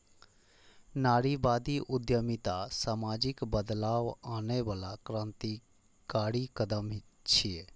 नारीवादी उद्यमिता सामाजिक बदलाव आनै बला क्रांतिकारी कदम छियै